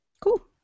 Cool